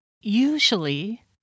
usually